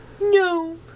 no